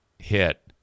hit